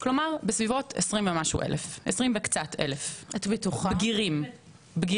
20 וקצת אלף בגירים.